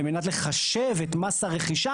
על מנת לחשב את מס הרכישה,